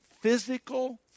physical